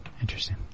Interesting